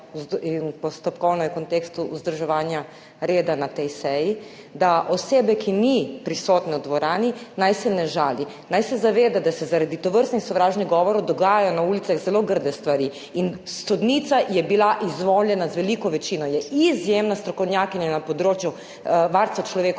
in postopkovno je v kontekstu vzdrževanja reda na tej seji, da osebe, ki ni prisotne v dvorani, naj se ne žali. Naj se zaveda, da se zaradi tovrstnih sovražnih govorov dogajajo na ulicah zelo grde stvari. In sodnica je bila izvoljena z veliko večino. Je izjemna strokovnjakinja na področju varstva človekovih